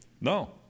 No